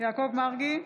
יעקב מרגי,